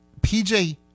PJ